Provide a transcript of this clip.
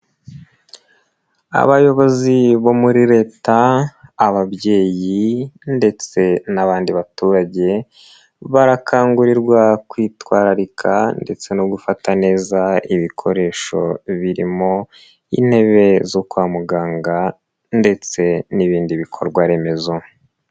Abayobozi bo muri Leta, ababyeyi ndetse n'abandi baturage barakangurirwa kwitwararika ndetse no gufata neza ibikoresho birimo, intebe zo kwa muganga ndetse n'ibindi bikorwa remezo.